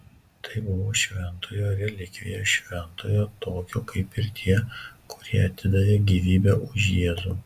tai buvo šventojo relikvija šventojo tokio kaip ir tie kurie atidavė gyvybę už jėzų